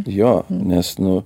jo nes nu